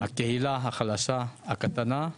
הקהילה החלשה הקטנה,